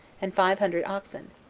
and five hundred oxen,